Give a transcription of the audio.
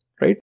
right